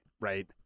right